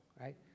right